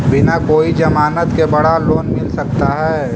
बिना कोई जमानत के बड़ा लोन मिल सकता है?